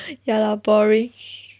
ya lah boring